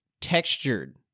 textured